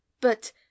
But